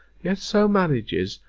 yet so manages,